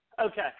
Okay